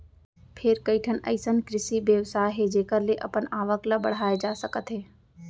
फेर कइठन अइसन कृषि बेवसाय हे जेखर ले अपन आवक ल बड़हाए जा सकत हे